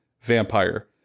vampire